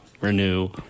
Renew